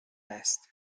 است